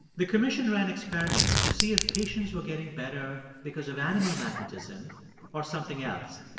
the commission ran experiments to see if patients were getting better because of animal magnetism or something else.